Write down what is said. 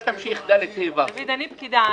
אני פקידה,